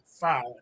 five